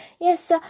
Yes